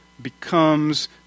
becomes